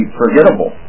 forgettable